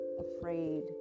afraid